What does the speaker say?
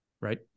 Right